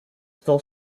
still